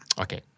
Okay